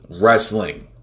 Wrestling